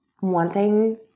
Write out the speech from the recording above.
wanting